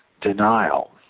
Denial